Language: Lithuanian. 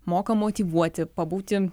moka motyvuoti pabūti